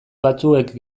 batzuek